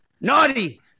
Naughty